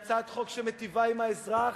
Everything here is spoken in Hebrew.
היא הצעת חוק שמיטיבה עם האזרח,